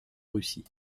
russie